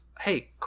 Hey